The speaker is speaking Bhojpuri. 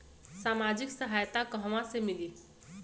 सामाजिक सहायता कहवा से मिली?